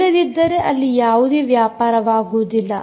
ಇಲ್ಲದಿದ್ದರೆ ಅಲ್ಲಿ ಯಾವುದೇ ವ್ಯಾಪಾರವಾಗುವುದಿಲ್ಲ